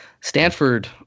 stanford